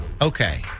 okay